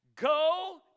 Go